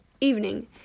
evening